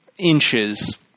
inches